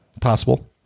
Possible